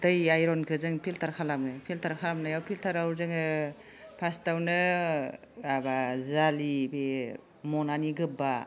दै आइरनखौ जों फिल्टार खालामो फिल्टार खालामनायाव फिल्टाराव जोङो फास्टआवनो आबा जालि बे मनानि गोबा